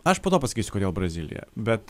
aš po to pasakysiu kodėl brazilija bet